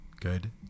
Good